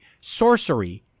sorcery